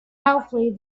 hopefully